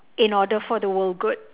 in order for the world good